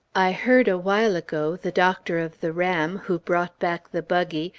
i heard a while ago, the doctor of the ram, who brought back the buggy,